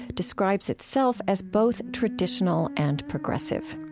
describes itself as both traditional and progressive.